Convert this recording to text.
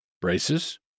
braces